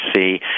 see